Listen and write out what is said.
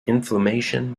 inflammation